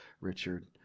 Richard